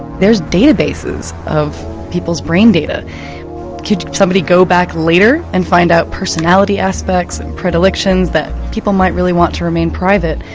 there's databases of people's brain data could somebody go back later and find out personality aspects, and predilections that people might really want to remain private.